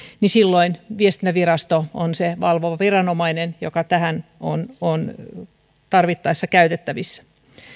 muun muassa edustaja savolalta viestintävirasto on se valvova viranomainen joka tässä on tarvittaessa käytettävissä